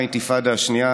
במהלך האינתיפאדה השנייה,